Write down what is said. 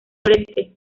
noreste